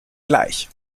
gleich